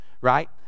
right